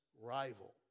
rival